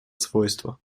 свойства